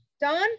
Don